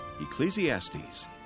Ecclesiastes